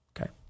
okay